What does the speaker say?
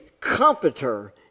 comforter